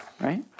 right